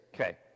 Okay